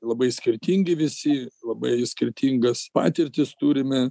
labai skirtingi visi labai skirtingas patirtis turime